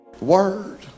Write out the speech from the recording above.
Word